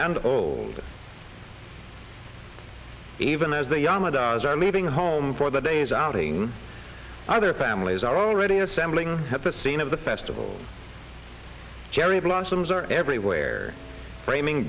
and old even as the yama dogs are leaving home for the day's outing other families are already assembling at the scene of the festival cherry blossoms are everywhere framing